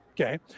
Okay